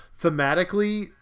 thematically